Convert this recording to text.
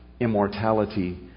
immortality